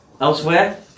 Elsewhere